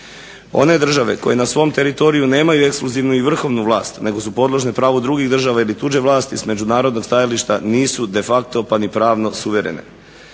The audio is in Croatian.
one države koje na svom teritoriju nemaju ekskluzivnu ili vrhovnu vlast nego su podložne pravo drugih država ili tuđe vlasti s međunarodnog stajališta nisu de facto pa ni pravno suverene.